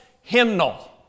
hymnal